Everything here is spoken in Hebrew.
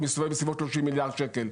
שהוא בסביבות 30 מיליארד שקל.